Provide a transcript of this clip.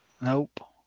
Nope